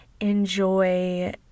Enjoy